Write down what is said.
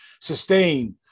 sustain